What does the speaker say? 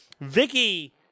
Vicky